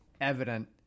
evident